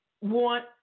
want